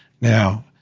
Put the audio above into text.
Now